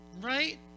Right